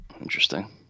Interesting